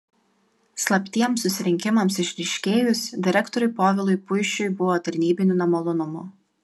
slaptiems susirinkimams išryškėjus direktoriui povilui puišiui buvo tarnybinių nemalonumų